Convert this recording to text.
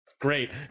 Great